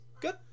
good